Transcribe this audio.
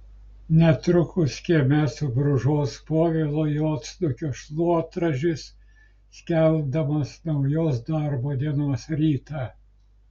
netrukus kieme subrūžuos povilo juodsnukio šluotražis skelbdamas naujos darbo dienos rytą